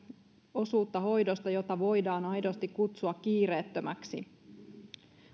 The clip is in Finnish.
osuutta hoidosta jota voidaan aidosti kutsua kiireettömäksi